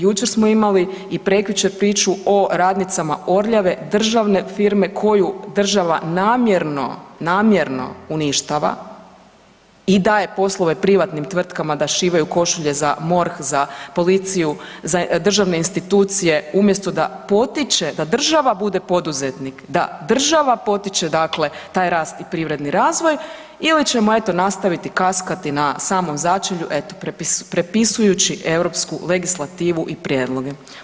Jučer smo imali i prekjučer priču o radnicama Orljave državne firme koju država namjerno, namjerno uništava i daje poslove privatnim tvrtkama da šivaju košulje za MORH, za policiju, za državne institucije umjesto da potiče da država bude poduzetnik, da država potiče taj rast i privredni razvoj ili ćemo eto nastaviti kaskati na samom začelju prepisujući europsku legislativu i prijedloge.